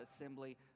Assembly